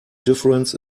difference